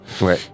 Ouais